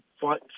fight